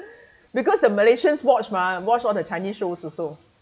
because the malaysians watch mah watch all the chinese shows also